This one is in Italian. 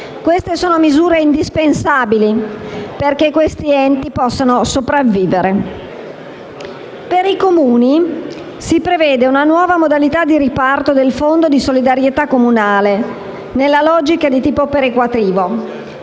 tratta di misure indispensabili, affinché tali enti possano sopravvivere. Per i Comuni si prevedono una nuova modalità di riparto del Fondo di solidarietà comunale, con una logica di tipo perequativo,